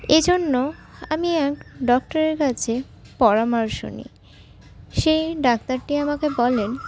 এজন্য আমি এক ডক্টরের কাছে পরামর্শ নিই সেই ডাক্তারটি আমাকে বলেন